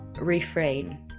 refrain